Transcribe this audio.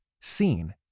seen